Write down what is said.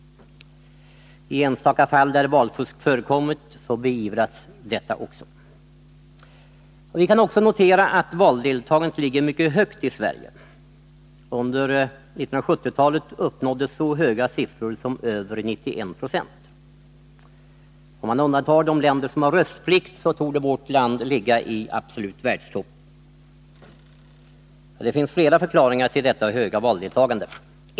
I de enstaka fall där valfusk förekommit beivras detta också. Vi kan också notera att valdeltagandet ligger mycket högt i Sverige. Under 1970-talet uppnåddes så höga siffror som över 91 96. Om man undantar de länder som har röstplikt, så borde vårt land ligga i absolut världstopp. Det finns flera förklaringar till detta höga valdeltagande.